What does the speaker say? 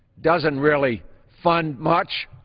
doesn't really fund much.